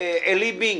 עלי בינג,